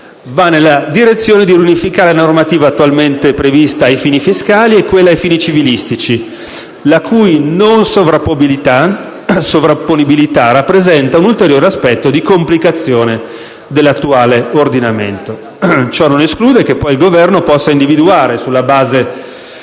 va nella direzione di unificare la normativa attualmente prevista ai fini fiscali e civilistici, la cui non sovrapponibilità rappresenta un aspetto di complicazione dell'attuale ordinamento. Ciò non esclude che, poi, il Governo possa individuare, sulla base